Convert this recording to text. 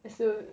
that's so